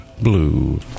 blue